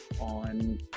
on